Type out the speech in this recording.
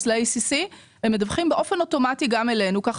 ל-acc הם מדווחים באופן אוטומטי גם אלינו כך